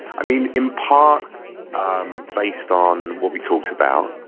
i mean, in part um based on what we talked about.